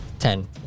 Ten